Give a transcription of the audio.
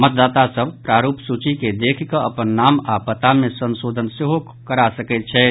मतदाता सभ प्रारूप सूची के देखि कऽ अपन नाम आओर पता मे संशोधन सेहो करा सकैत छथि